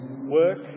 work